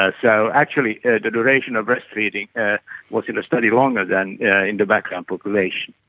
ah so actually the duration of breastfeeding ah was in the study longer than yeah in the background population.